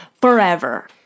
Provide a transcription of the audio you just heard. forever